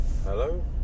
Hello